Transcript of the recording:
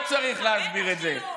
אני לא צריך להסביר את זה.